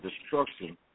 destruction